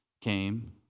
came